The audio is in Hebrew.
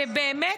ובאמת,